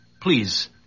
please